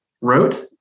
wrote